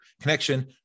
connection